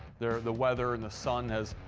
they're the weather and the sun has,